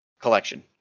collection